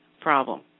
problem